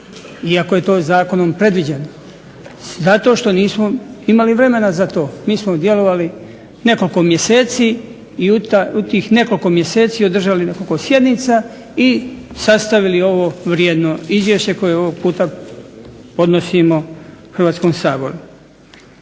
iako je to zakonom predviđeno, zato što nismo imali vremena za to. Mi smo djelovali nekoliko mjeseci i u tih nekoliko mjeseci održali nekoliko sjednica i sastavili ovo vrijedno izvješće koje ovoga puta podnosimo Hrvatskom saboru.